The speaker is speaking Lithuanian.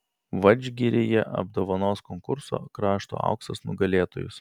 vadžgiryje apdovanos konkurso krašto auksas nugalėtojus